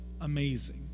amazing